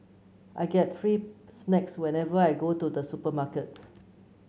I get free snacks whenever I go to the supermarket